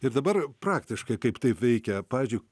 ir dabar praktiškai kaip taip veikia pavyzdžiui